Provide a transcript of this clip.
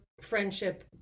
friendship